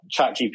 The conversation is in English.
ChatGPT